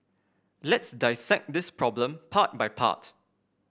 let's dissect this problem part by part